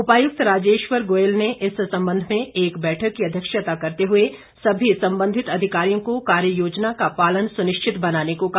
उपायुक्त राजेश्वर गोयल ने इस संबंध में एक बैठक की अध्यक्षता करते हुए सभी संबंधित अधिकारियों को कार्य योजना का पालन सुनिश्चित बनाने को कहा